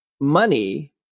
money